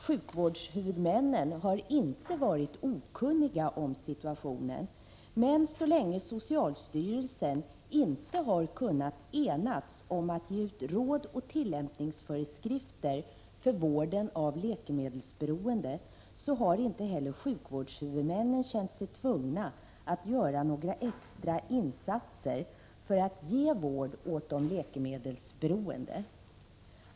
Sjukvårdshuvudmännen har inte varit okunniga om situationen, men så länge socialstyrelsen inte har kunnat enas om att ge ut råd och tillämpningsföreskrifter för vården av läkemedelsberoende så har inte heller sjukvårdshuvudmännen känt sig tvungna att göra några extra insatser för att ge vård åt de läkemedelsberoende.